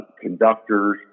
conductors